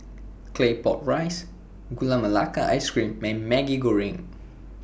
Claypot Rice Gula Melaka Ice Cream Man Maggi Goreng